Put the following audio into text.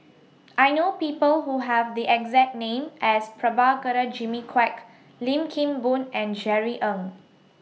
I know People Who Have The exact name as Prabhakara Jimmy Quek Lim Kim Boon and Jerry Ng